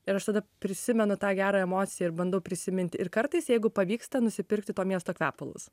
ir aš tada prisimenu tą gerą emociją ir bandau prisiminti ir kartais jeigu pavyksta nusipirkti to miesto kvepalus